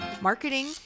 marketing